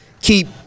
keep